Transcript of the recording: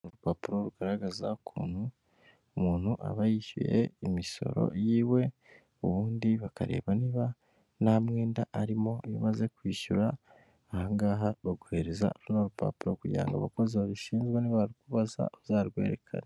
Urupapuro rugaragaza ukuntu umuntu aba yishyuye imisoro yiwe, ubundi bakareba niba nta mwenda arimo, iyo umaze kwishyura aha ngaha baguhereza runo rupapuro kugira ngo abakozi babishinzwe nibarukubaza uzarwerekane.